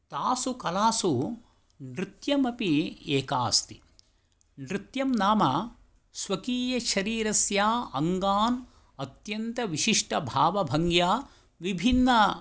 तासु कलासु नृत्यमपि एका अस्ति नृत्यं नाम स्वकीयशरीरस्य अङ्गान् अत्यन्तविशिष्टभावभङ्ग्या विभिन्न